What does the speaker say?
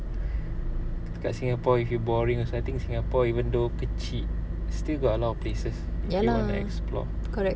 kat singapore if you boring also I think singapore even though kecil still got a lot of places if you want to explore